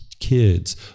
kids